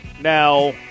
Now